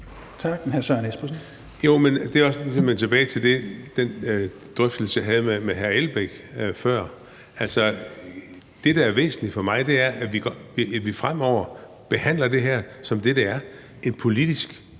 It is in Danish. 16:57 Søren Espersen (DF): Jo, men det er også ligesom at vende tilbage til den drøftelse, man havde med hr. Uffe Elbæk før. Altså, det, der er væsentligt for mig, er, at vi fremover behandler det her som det, det er, nemlig politisk